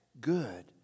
good